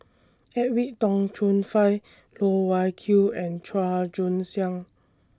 Edwin Tong Chun Fai Loh Wai Kiew and Chua Joon Siang